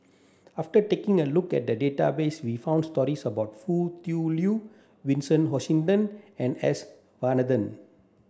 after taking a look at the database we found stories about Foo Tui Liew Vincent Hoisington and S Varathan